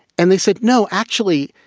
and they said, no, actually,